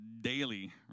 daily